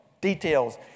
Details